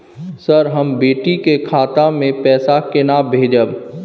Sir, हम बेटी के खाता मे पैसा केना भेजब?